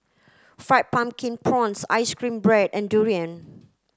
fried pumpkin prawns ice cream bread and durian